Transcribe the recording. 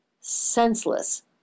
senseless